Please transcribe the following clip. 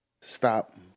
stop